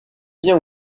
vient